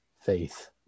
faith